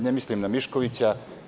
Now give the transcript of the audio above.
Ne mislim na Miškovića.